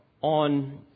on